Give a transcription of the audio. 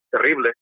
terrible